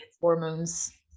hormones